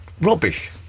Rubbish